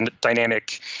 dynamic